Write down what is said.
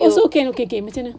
oh okay okay macam mana